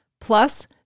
Plus